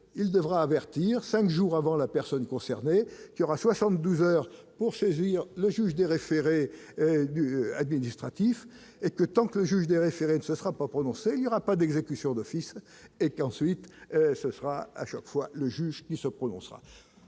il devra avertir, 5 jours avant la personne concernée, qui aura 72 heures pour saisir le juge des référés administratifs que tant que le juge des référés ne se sera pas prononcée, il y aura pas d'exécution d'office et puis ensuite ce sera à chaque fois, le juge ne se prononcera,